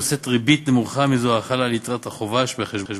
נושאת ריבית נמוכה מזו החלה על יתרת החובה בחשבון,